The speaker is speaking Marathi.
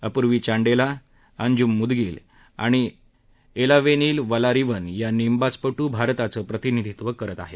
अपुर्वी चांडेला अंजुम मुद्गील आणि एलावेनील वलारीवन या नेमबाजपटू भारताचं प्रतिनिधीत्व करत आहेत